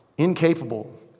incapable